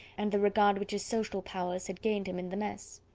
and the regard which his social powers had gained him in the mess.